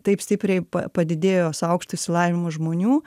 taip stipriai pa padidėjo su aukštu išsilavinimu žmonių